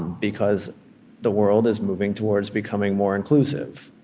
because the world is moving towards becoming more inclusive.